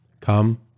COME